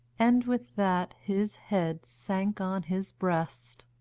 and with that his head sank on his breast,